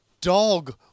dog